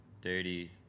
Dirty